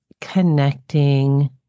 connecting